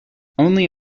only